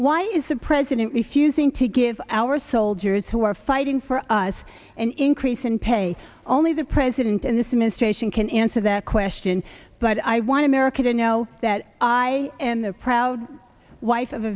why is the president refusing to give our soldiers who are fighting for us an increase in pay only the president in this administration can answer that question but i want america to know that i in the proud wife